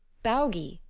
baugi,